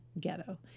ghetto